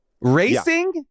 racing